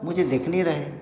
मुझे दिख नहीं रहे